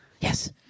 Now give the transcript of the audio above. Yes